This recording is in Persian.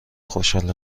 خوشحال